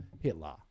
Hitler